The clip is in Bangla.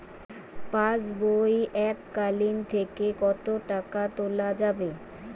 পাশবই এককালীন থেকে কত টাকা তোলা যাবে?